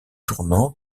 tournant